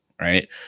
right